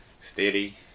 steady